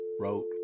wrote